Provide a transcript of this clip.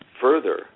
further